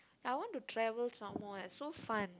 I want to travel somewhere so fun